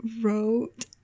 wrote